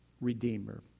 redeemer